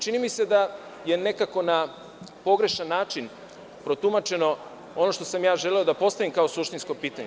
Čini mi se da je nekako na pogrešan način protumačeno ono što sam ja želeo da postavim kao suštinsko pitanje.